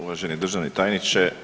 Uvaženi državni tajniče.